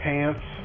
Pants